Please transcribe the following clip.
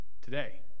today